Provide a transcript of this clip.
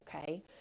Okay